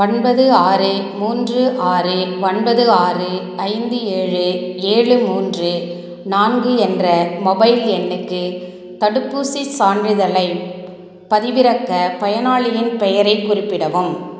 ஒன்பது ஆறு மூன்று ஆறு ஒன்பது ஆறு ஐந்து ஏழு ஏழு மூன்று நான்கு என்ற மொபைல் எண்ணுக்கு தடுப்பூசிச் சான்றிதழைப் பதிவிறக்க பயனாளியின் பெயரைக் குறிப்பிடவும்